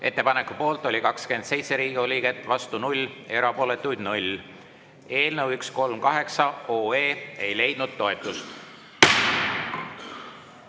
Ettepaneku poolt oli 27 Riigikogu liiget, vastu 0, erapooletuid 0. Eelnõu 138 ei leidnud toetust.